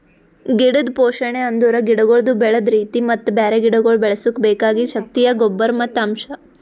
ಗಿಡದ್ ಪೋಷಣೆ ಅಂದುರ್ ಗಿಡಗೊಳ್ದು ಬೆಳದ್ ರೀತಿ ಮತ್ತ ಬ್ಯಾರೆ ಗಿಡಗೊಳ್ ಬೆಳುಸುಕ್ ಬೆಕಾಗಿದ್ ಶಕ್ತಿಯ ಗೊಬ್ಬರ್ ಮತ್ತ್ ಅಂಶ್